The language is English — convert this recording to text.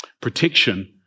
protection